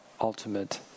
ultimate